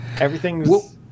everything's